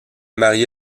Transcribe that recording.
marié